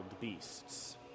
beasts